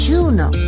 Juno